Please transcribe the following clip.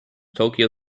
tokyo